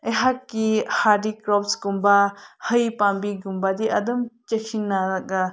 ꯑꯩꯍꯥꯛꯀꯤ ꯍꯥꯔꯗꯤꯛ ꯀ꯭ꯔꯣꯞꯁꯀꯨꯝꯕ ꯍꯩ ꯄꯥꯝꯕꯤꯒꯨꯝꯕꯗꯤ ꯑꯗꯨꯝ ꯆꯦꯛꯁꯤꯟꯅꯔꯒ